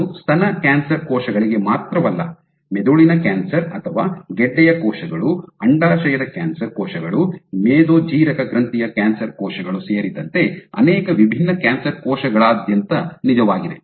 ಇದು ಸ್ತನ ಕ್ಯಾನ್ಸರ್ ಕೋಶಗಳಿಗೆ ಮಾತ್ರವಲ್ಲ ಮೆದುಳಿನ ಕ್ಯಾನ್ಸರ್ ಅಥವಾ ಗೆಡ್ಡೆಯ ಕೋಶಗಳು ಅಂಡಾಶಯದ ಕ್ಯಾನ್ಸರ್ ಕೋಶಗಳು ಮೇದೋಜ್ಜೀರಕ ಗ್ರಂಥಿಯ ಕ್ಯಾನ್ಸರ್ ಕೋಶಗಳು ಸೇರಿದಂತೆ ಅನೇಕ ವಿಭಿನ್ನ ಕ್ಯಾನ್ಸರ್ ಕೋಶಗಳಾದ್ಯಂತ ನಿಜವಾಗಿದೆ